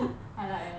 I like eh